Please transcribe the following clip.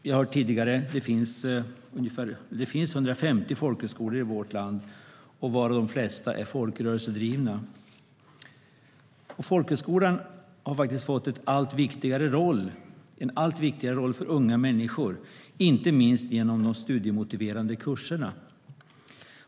Som vi hörde tidigare finns det 150 folkhögskolor i vårt land, varav de flesta är folkrörelsedrivna. Folkhögskolan har fått en allt viktigare roll för unga människor, inte minst genom de studiemotiverande kurserna.